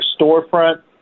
storefront